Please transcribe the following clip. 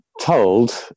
told